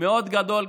מאוד גדול,